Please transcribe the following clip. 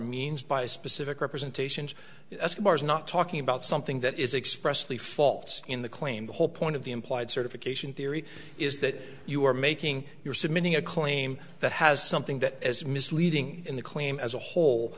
means by specific representations is not talking about something that is expressly faults in the claim the whole point of the implied certification theory is that you are making your submitting a claim that has something that is misleading in the claim as a whole